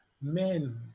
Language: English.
men